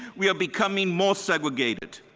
we are becoming more segregated.